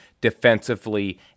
defensively